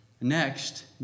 Next